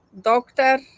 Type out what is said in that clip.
doctor